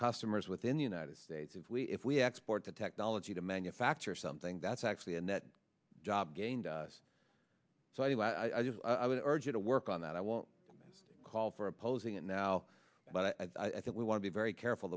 customers within the united states if we if we export the technology to manufacture something that's actually a net job gains so i just i would urge you to work on that i won't call for opposing it now but i think we want to be very careful